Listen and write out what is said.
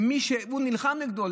למי שהוא נלחם נגדו,